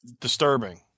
disturbing